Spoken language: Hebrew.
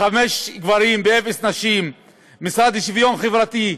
חמישה גברים ואפס נשים, המשרד לשוויון חברתי,